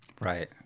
Right